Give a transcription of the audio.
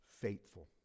faithful